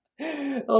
Okay